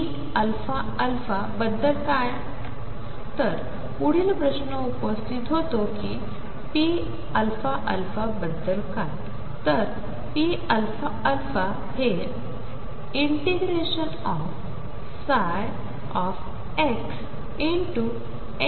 p αα बद्दल काय तर पुढील प्रश्न उपस्थित होतो की pαα बद्दल काय